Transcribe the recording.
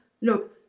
look